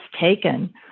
taken